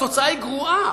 התוצאה היא גרועה.